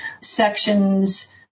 sections